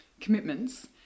commitments